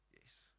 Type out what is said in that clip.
Yes